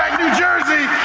new jersey!